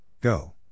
Go